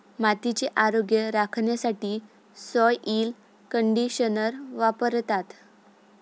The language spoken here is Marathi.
मातीचे आरोग्य राखण्यासाठी सॉइल कंडिशनर वापरतात